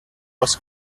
was